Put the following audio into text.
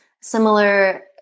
similar